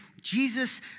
Jesus